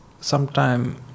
sometime